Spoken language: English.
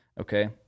Okay